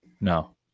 No